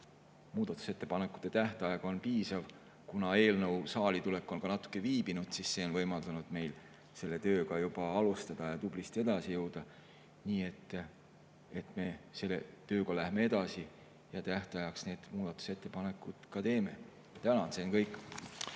muudatusettepanekute tähtaeg on selleks piisav. Kuna eelnõu saali tulek on natuke viibinud, on see võimaldanud meil tööga juba alustada ja tublisti edasi jõuda. Nii et me läheme selle tööga edasi ja tähtajaks need muudatusettepanekud ka teeme. Tänan! See on kõik.